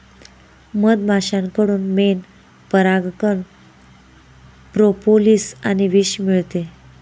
मधमाश्यांकडून मेण, परागकण, प्रोपोलिस आणि विष मिळते